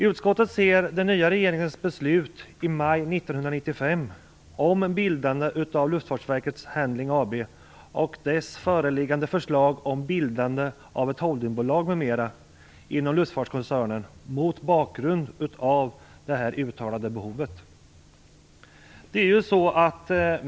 Utskottet ser den nya regeringens beslut i maj 1995 om bildande av LFV Handling AB och dess föreliggande förslag om bildande av ett holdingbolag m.m. inom Luftfartskoncernen mot bakgrund av det uttalade behovet.